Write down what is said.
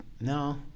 no